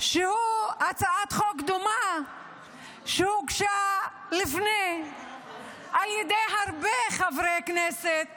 זו הצעת חוק דומה שהוגשה לפני על ידי הרבה חברי כנסת